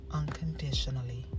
unconditionally